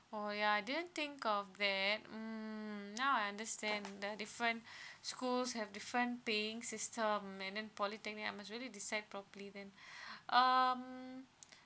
oh ya I didn't think of that mm now I understand the different schools have different paying system and then polytechnic I must really decide properly then um